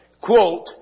quote